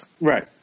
Right